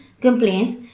complaints